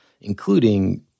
including